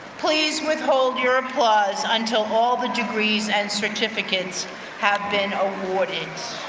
please withhold your applause until all the degrees and certificates have been awarded.